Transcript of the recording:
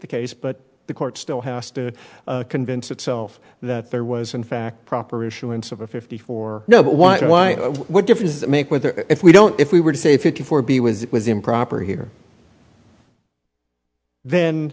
the case but the court still has to convince itself that there was in fact proper issuance of a fifty four now why why what difference does it make whether if we don't if we were to say fifty four b was it was improper here then